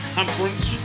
Conference